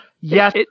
Yes